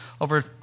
over